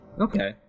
Okay